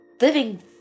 living